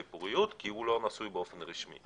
פוריות כי הוא לא נשוי באופן רשמי.